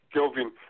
Kelvin